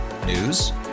News